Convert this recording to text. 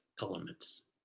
elements